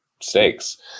stakes